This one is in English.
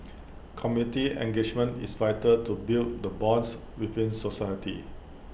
committee engagement is vital to build the bonds within society